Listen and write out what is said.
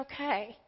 okay